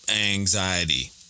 anxiety